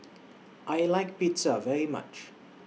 I like Pizza very much